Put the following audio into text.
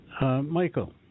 Michael